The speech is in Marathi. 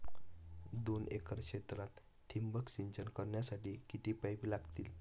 दोन एकर क्षेत्रात ठिबक सिंचन करण्यासाठी किती पाईप लागतील?